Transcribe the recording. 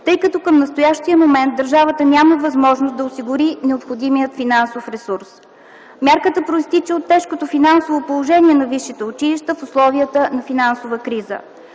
тъй като към настоящия момент държавата няма възможност да осигури необходимия финансов ресурс. Мярката произтича от тежкото финансово положение на висшите училища в условията на финансова криза.